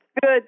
good